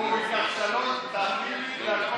הוא ייקח שלוש, תאמין לי.